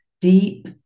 deep